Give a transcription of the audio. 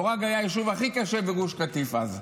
מורג היה היישוב הכי קשה בגוש קטיף אז.